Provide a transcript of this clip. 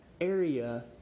area